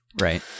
Right